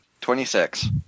twenty-six